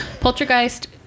Poltergeist